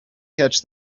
catch